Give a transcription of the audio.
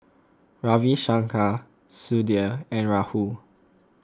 Ravi Shankar Sudhir and Rahul